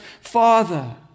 Father